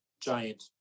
giant